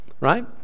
right